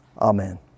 Amen